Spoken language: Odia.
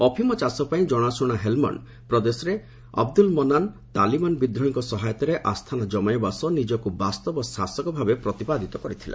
ଅଫିମ ଚାଷପାଇଁ ଜଣାଶୁଣା ହେଲ୍ମଣ୍ଡ୍ ପ୍ରଦେଶରେ ଅବଦ୍ରଲ୍ ମନାନ୍ ତାଲିବାନ୍ ବିଦ୍ରୋହୀଙ୍କ ସହାୟତାରେ ଆସ୍ଥାନ ଜମାଇବା ସହ ନିଜକ୍ତ ବାସ୍ତବ ଶାସକ ଭାବେ ପ୍ରତିପାଦିତ କରିଥିଲା